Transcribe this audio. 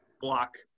block